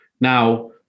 Now